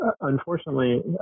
unfortunately